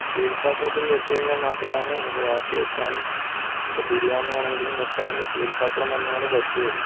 steel പാത്രത്തിൽ വച്ചു കഴിഞ്ഞാൽ മാത്രമാണ് നമുക്ക് കാപ്പി വയ്ക്കാനും അത് ബിരിയാണി ആണെങ്കിലും വയ്ക്കാനും സ്റ്റീൽ പാത്രം തന്നെയാണ് പറ്റുള്ളൂ